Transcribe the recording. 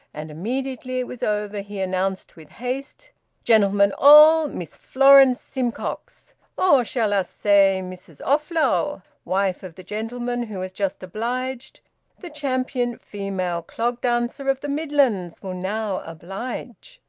and immediately it was over he announced with haste gentlemen all, miss florence simcox or shall us say mrs offlow, wife of the gentleman who has just obliged the champion female clog-dancer of the midlands, will now oblige.